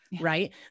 Right